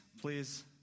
please